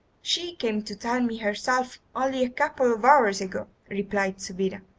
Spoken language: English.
she came to tell me herself only a couple of hours ago replied subida,